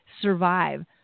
survive